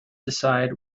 decide